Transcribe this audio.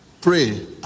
pray